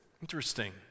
Interesting